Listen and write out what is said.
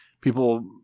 people